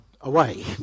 away